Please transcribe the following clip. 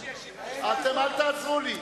אתם, אל תעזרו לי.